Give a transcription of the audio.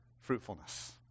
Fruitfulness